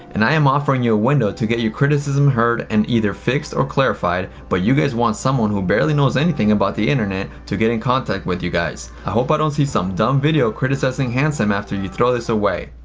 and i am offering you a window to get your criticism heard and either fixed or clarified, but you guys want someone who barely knows anything about the internet to get in contact with you guys. i hope don't see some dumb video criticizing hansen after you throw this away.